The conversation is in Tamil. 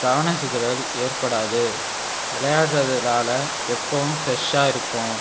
கவன சிதறல் ஏற்படாது விளையாடுறதுனால எப்போவும் ஃப்ரெஷ்ஷாக இருப்போம்